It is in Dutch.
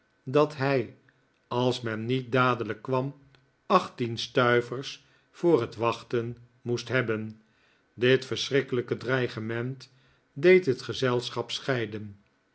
dat hij als men niet dadelijk kwam achttien stuivers voor het wachten moest hebben dit verschrikkelijke dreigement deed het gezelschap scheiden